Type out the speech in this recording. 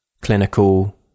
clinical